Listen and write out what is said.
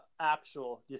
actual